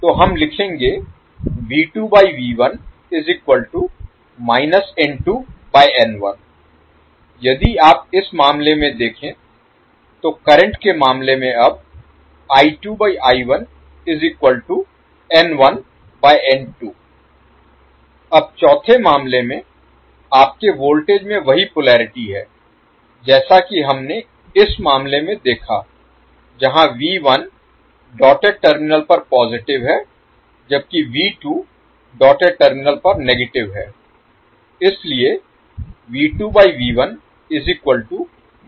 तो हम लिखेंगे यदि आप इस मामले में देखें तो करंट के मामले में अब अब चौथे मामले में आपके वॉल्टेज में वही पोलेरिटी है जैसा कि हमने इस मामले में देखा जहां V1 डॉटेड टर्मिनल पर पॉजिटिव है जबकि V2 डॉटेड टर्मिनल पर नेगेटिव है